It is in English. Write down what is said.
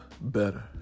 better